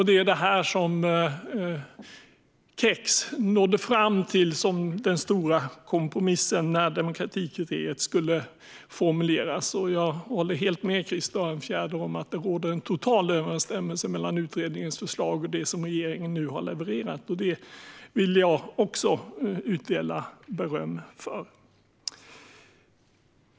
Det är detta som KEX nådde fram till som den stora kompromissen när demokratikriteriet skulle formuleras. Jag håller helt med Krister Örnfjäder om att det råder en total överensstämmelse mellan utredningens förslag och det som regeringen nu har levererat. Det vill jag också utdela beröm för.